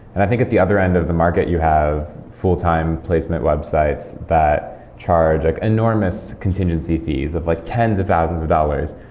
and i think at the other end of the market, you have full-time placement websites that charge enormous contingency fees, of like tens of thousands of dollars,